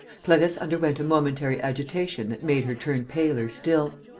clarisse underwent a momentary agitation that made her turn paler still.